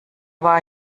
war